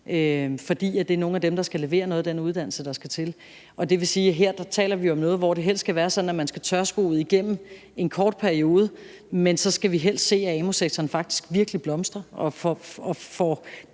For det er nogle af dem, der skal levere noget af den uddannelse, der skal til. Det vil jo sige, at vi her taler om noget, hvor det helst skal være sådan, at man skal tørskoet gennem i en kort periode, men at vi så faktisk helst skal se, at amu-sektoren virkelig blomster og jo